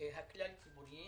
הכלל ציבוריים